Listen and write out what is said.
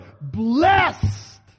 Blessed